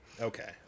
Okay